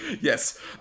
Yes